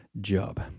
job